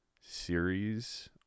series